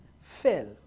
fell